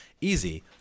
Easy